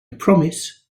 promise